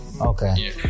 Okay